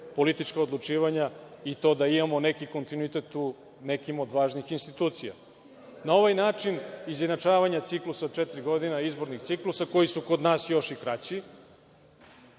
politička odlučivanja i to da imamo neki kontinuitet u nekim od važnih institucija. Na ovaj način, izjednačavanje ciklusa od četiri godine, izbornih ciklusa, koji su kod nas još i kraći,